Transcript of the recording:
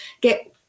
get